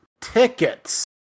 tickets